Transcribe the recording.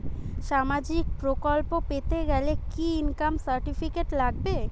সামাজীক প্রকল্প পেতে গেলে কি ইনকাম সার্টিফিকেট লাগবে?